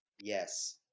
Yes